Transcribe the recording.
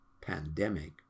pandemic